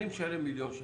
אני משלם מיליון שקלים.